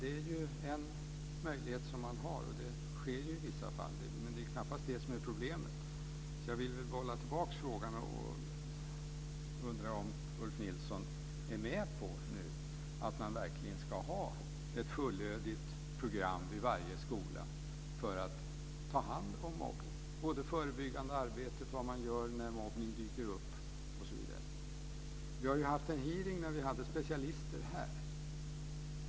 Det är en möjlighet som finns, och det sker i vissa fall. Men det är knappast det som är problemet. Jag vill väl bolla tillbaka frågan, och jag undrar om Ulf Nilsson verkligen är med på att ha ett fullödigt program om mobbning vid varje skola - både det förebyggande arbetet och vad som görs när mobbning dyker upp. Vi hade en hearing med specialister.